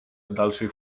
dalszych